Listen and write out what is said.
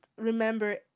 remember